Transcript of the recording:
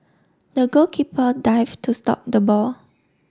the goalkeeper dived to stop the ball